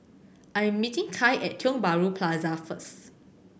I am meeting Kai at Tiong Bahru Plaza first